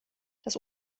das